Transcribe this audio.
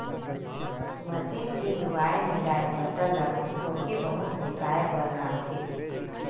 machine के लुवाए, मिंजाए फसल ल थोके बहुत ओसाए बर लागथे